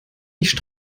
nicht